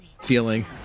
feeling